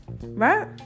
right